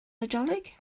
nadolig